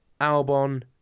Albon